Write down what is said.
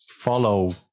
follow